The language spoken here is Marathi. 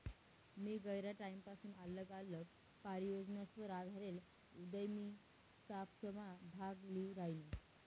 मी गयरा टाईमपसून आल्लग आल्लग परियोजनासवर आधारेल उदयमितासमा भाग ल्ही रायनू